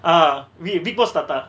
ah V big boss thatha